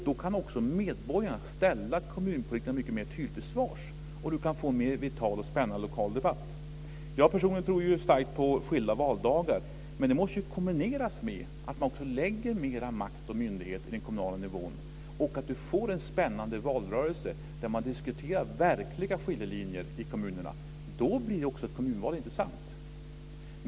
Då kan också medborgarna ställa kommunpolitikerna till svars mycket mer tydligt, och vi kan få en mer vital och spännande lokal debatt. Jag tror personligen starkt på skilda valdagar, men det måste kombineras med att man lägger mera makt och myndighet i den kommunala nivån, och att man får en spännande valrörelse, där man diskuterar verkliga skiljelinjer i kommunerna. Då blir också ett kommunval intressant.